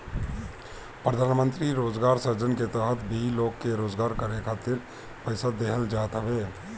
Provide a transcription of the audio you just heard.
प्रधानमंत्री रोजगार सृजन के तहत भी लोग के रोजगार करे खातिर पईसा देहल जात हवे